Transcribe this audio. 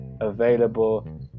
available